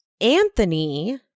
Anthony